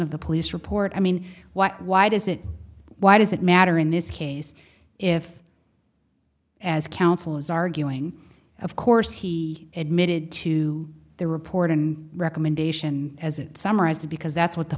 of the police report i mean what why does it why does it matter in this case if as counsel is arguing of course he admitted to the report and recommendation as it summarized because that's what the